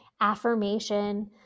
affirmation